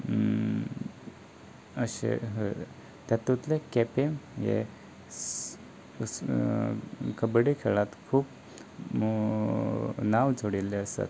अशे तातूंतले केपें हें कबडी खेळांत खूब नांव जोडिल्ले आसात